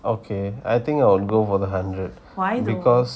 okay I think I would go for the hundred because